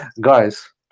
Guys